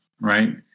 right